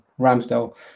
Ramsdale